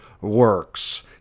works